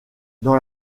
dans